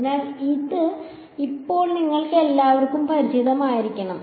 അതിനാൽ ഇത് ഇപ്പോൾ നിങ്ങൾക്കെല്ലാവർക്കും പരിചിതമായിരിക്കണം